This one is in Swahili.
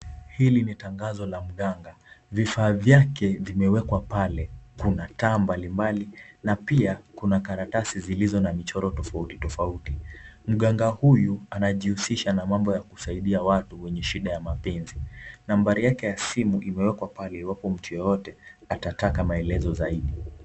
Hili ni tangazo la mganga, vifaa vyake vimewekwa pale, kuna taa mbalimbali, na pia kuna karatasi zilizo na michoro tofauti tofauti, mganga huyu anajihusisha na mambo ya kusaidia watu wenye shida ya mapenzi , nambari yake ya simu imewekwa pale iwapo mtu yeyote atataka maelezo zaidi.